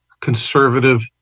conservative